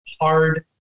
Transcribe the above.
hard